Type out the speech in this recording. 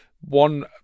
one